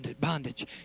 bondage